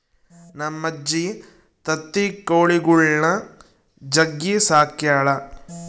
ನಮ್ಮಜ್ಜಿ ತತ್ತಿ ಕೊಳಿಗುಳ್ನ ಜಗ್ಗಿ ಸಾಕ್ಯಳ